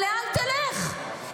לאן תלך?